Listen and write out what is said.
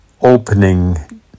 opening